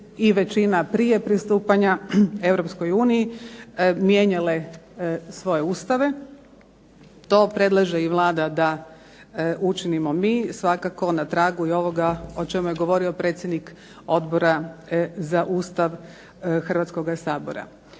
i većina prije pristupanja Europskoj uniji mijenjale svoje ustave, to predlaže i Vlada da učinimo mi, svakako na tragu i ovoga o čemu je govorio predsjednik Odbora za Ustav Hrvatskoga sabora.